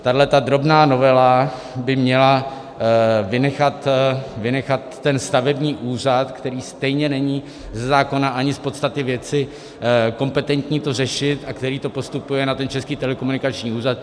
Tahle drobná novela by měla vynechat stavební úřad, který stejně není ze zákona ani z podstaty věci kompetentní to řešit a který to postupuje na Český telekomunikační úřad.